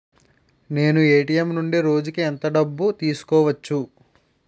నేను ఎ.టి.ఎం నుండి రోజుకు ఎంత డబ్బు తీసుకోవచ్చు?